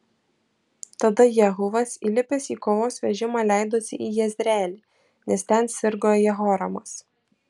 tada jehuvas įlipęs į kovos vežimą leidosi į jezreelį nes ten sirgo jehoramas